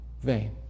vain